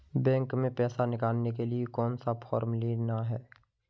Bank में पैसा निकालने के लिए कौन सा फॉर्म लेना है?